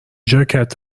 ژاکت